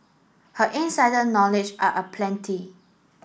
her insider knowledge are aplenty